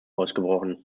ausgebrochen